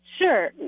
Sure